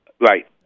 Right